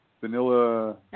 vanilla